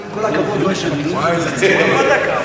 אני, עם כל הכבוד, לא אשב בכיסא שלך.